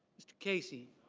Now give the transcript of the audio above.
mr. casey.